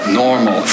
normal